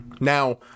now